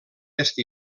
est